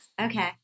okay